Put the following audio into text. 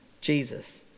Jesus